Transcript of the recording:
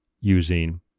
using